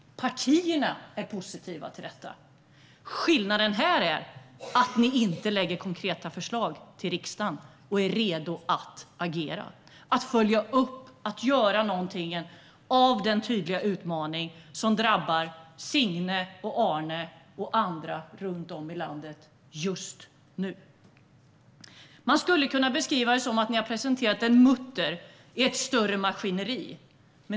Partierna är också positiva till detta. Skillnaden här är att ni inte lägger fram konkreta förslag till riksdagen och att ni inte är redo att agera. Ni är inte redo att följa upp och att göra någonting av den tydliga utmaning som drabbar Signe och Arne och andra runt om i landet just nu. Man skulle kunna beskriva det som att ni har presenterat en mutter i ett större maskineri.